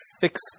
fix